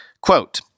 Quote